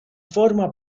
forma